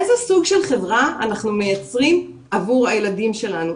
איזה סוג של חברה אנחנו מייצרים עבור הילדים שלנו?